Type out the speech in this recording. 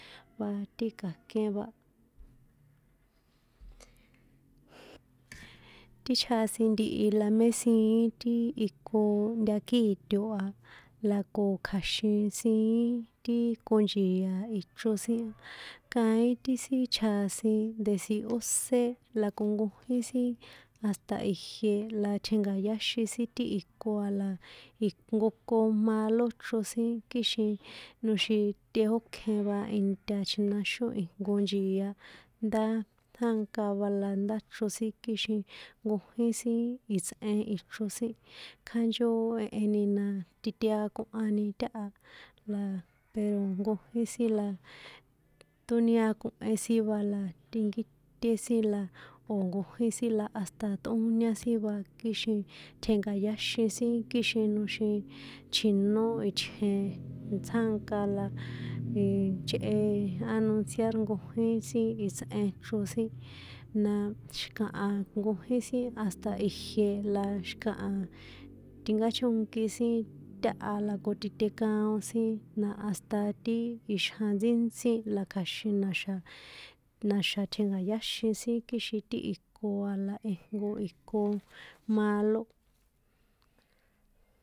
Va ti ka̱ké va. Ti chjasin ntihi la mé siín ti ikoooo ntakíto a, la ko kja̱xin siín ti konchia̱ a ichro sin kaín ti sin chjasin ndesi ósé la ko nkojín sin hasta ijie la tjenka̱yáxin sin ti iko a la, ijnko ko malo chro sin kixin noxin teókjen va inta chjinaxón ijnko nchia, ndá tsjánka va la ndáchro sin kixin nkojín sin itsꞌen ichro sin, kjánchó jeheni na titeakohani táha, la pero nkojín sin la tóniakohe sin va la tꞌinkíté sin la o̱ nkojín sin la hasta tꞌóñá sin va kixin tjenka̱yáxin sin kixin noxin chjino itjen tsjánka la iii, chehe anunciar nkojín itsꞌen chro sin, na xi̱kaha nkojín sin hasta ijie la xi̱kaha tinkáchónki sin táha la ko titekaon sin na hasta ti ixjan ntsíntsí la kja̱xin na̱xa̱, na̱xa̱ tjenka̱yáxin sin kixin ti iko a la ijnko iko malo.